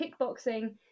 kickboxing